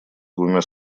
двумя